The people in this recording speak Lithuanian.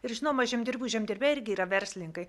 ir žinoma žemdirbių žemdirbiai irgi yra verslininkai